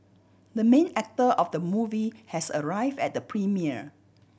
the main actor of the movie has arrive at the premiere